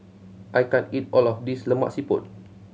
I can't eat all of this Lemak Siput